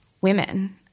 women